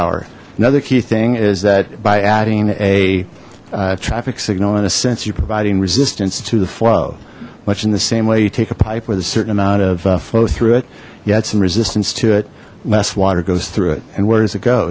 hour another key thing is that by adding a traffic signal in a sense you're providing resistance to the flow much in the same way you take a pipe with a certain amount of flow through it yet some resistance to it less water goes through it and where does it go